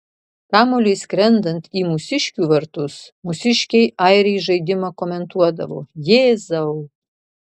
kamuoliui skrendant į mūsiškių vartus mūsiškiai airiai žaidimą komentuodavo jėzau